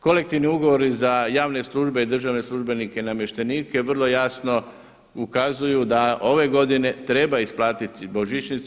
Kolektivni ugovori za javne službe i državne službenike i namještenike vrlo jasno ukazuju da ove godine treba isplatiti božićnicu.